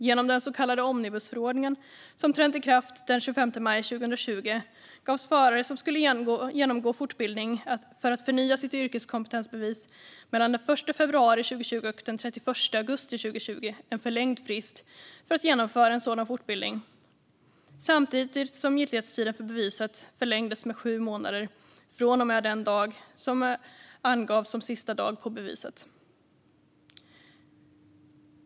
Genom den så kallade omnibusförordningen, som trädde i kraft den 25 maj 2020, gavs förare som skulle genomgå fortbildning för att förnya sitt yrkeskompetensbevis mellan den 1 februari 2020 och den 31 augusti 2020 en förlängd frist för att genomföra en sådan fortbildning samtidigt som giltighetstiden för beviset förlängdes med sju månader från och med den dag som anges som sista dag på beviset.